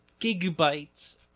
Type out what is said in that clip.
gigabytes